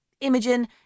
Imogen